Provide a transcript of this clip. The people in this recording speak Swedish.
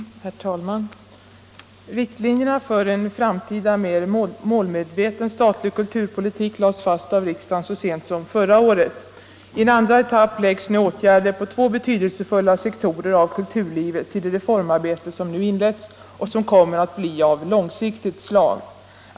Herr talman! Riktlinjerna för en framtida, mer målmedveten statlig kulturpolitik lades fast av riksdagen så sent som förra året. I en andra etapp läggs nu åtgärder på två betydelsefulla sektorer av kulturlivet till det reformarbete som inletts och som kommer att bli av långsiktigt slag.